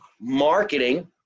marketing